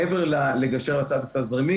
מעבר לגשר על הפער התזרימי,